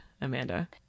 Amanda